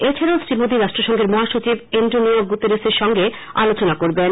এছাডাও শ্রী মোদী রাষ্ট্রসংঘের মহাসচিব এন্ডনিও গুতেরেসের সঙ্গে আলোচনা করবেন